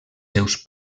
seus